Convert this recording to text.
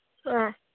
ꯑ